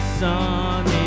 sun